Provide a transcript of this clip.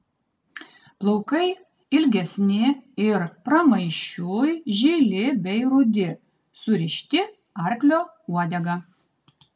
plaukai ilgesni ir pramaišiui žili bei rudi surišti arklio uodega